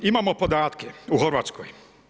Imamo podatke u Hrvatskoj.